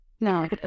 No